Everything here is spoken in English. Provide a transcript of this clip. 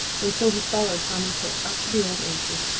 and so he followed tommy tit up to the old orchard.